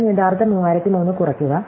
ഞാൻ യഥാർത്ഥ 3003 കുറയ്ക്കുക